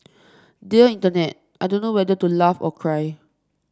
dear Internet I don't know whether to laugh or cry